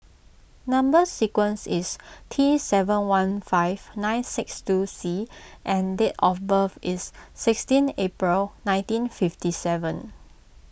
Number Sequence is T seven four one five nine six two C and date of birth is sixteen April nineteen fifty seven